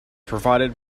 provided